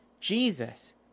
Jesus